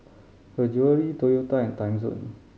Her Jewellery Toyota and Timezone